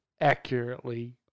accurately